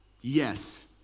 Yes